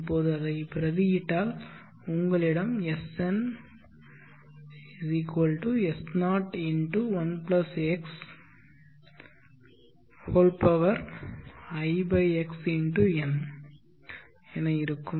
இப்போது அதை பிரதியிட்டால் உங்களிடம் Sn S0×1 xix×n இருக்கும்